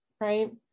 right